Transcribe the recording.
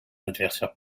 adversaire